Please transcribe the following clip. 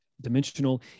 dimensional